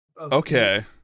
okay